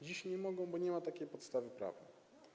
Dziś nie mogą, bo nie ma takiej podstawy prawnej.